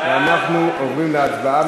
אנחנו עוברים להצבעה.